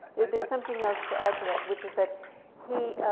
there's something else to add to that, which is that he,